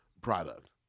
product